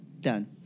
done